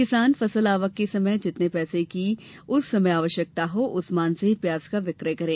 किसान फसल आवक के समय जितने पैसे की उस समय आवश्यकता हो उस मान से ही प्याज का विक्रय करें